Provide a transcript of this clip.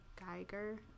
Geiger